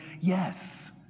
Yes